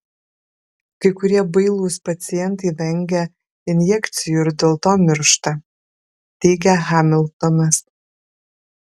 kai kurie bailūs pacientai vengia injekcijų ir dėl to miršta teigia hamiltonas